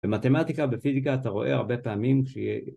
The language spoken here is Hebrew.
‫במתמטיקה, בפיזיקה, ‫אתה רואה הרבה פעמים כשהיא...